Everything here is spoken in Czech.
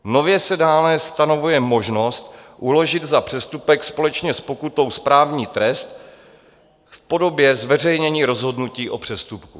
Nově se dále stanovuje možnost uložit za přestupek společně s pokutou správní trest v podobě zveřejnění rozhodnutí o přestupku.